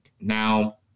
Now